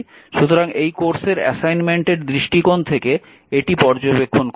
সুতরাং এই কোর্সের অ্যাসাইনমেন্টের দৃষ্টিকোণ থেকে এটি পর্যবেক্ষণ করুন